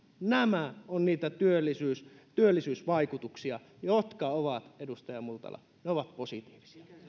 nämä ovat niitä työllisyysvaikutuksia jotka ovat edustaja multala positiivisia